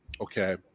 Okay